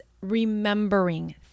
remembering